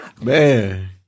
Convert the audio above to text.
Man